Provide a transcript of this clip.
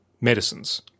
medicines